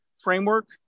framework